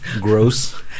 Gross